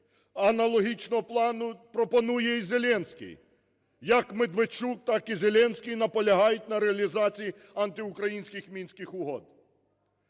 Аналогічного плану пропонує і Зеленський. Як Медведчук, так і Зеленський, наполягають на реалізації антиукраїнських Мінських угод.